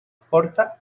forta